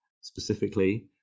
specifically